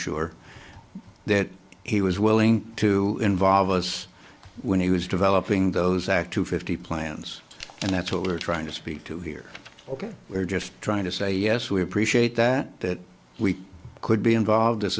sure that he was willing to involve us when he was developing those act to fifty plans and that's what we're trying to speak to here ok we're just trying to say yes we appreciate that that we could be involved